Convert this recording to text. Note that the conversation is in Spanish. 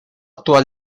actual